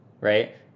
Right